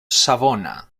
savona